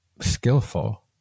skillful